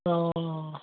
অ'